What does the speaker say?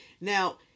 Now